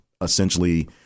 essentially